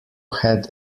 had